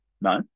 No